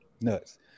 Nuts